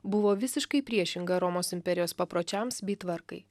buvo visiškai priešinga romos imperijos papročiams bei tvarkai